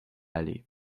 aller